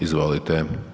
Izvolite.